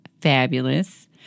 fabulous